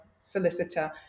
solicitor